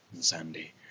sandy